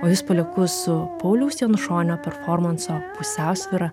o jus palieku su pauliaus janušonio performanso pusiausvyra